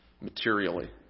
materially